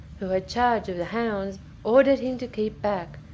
who had charge of the hounds, ordered him to keep back,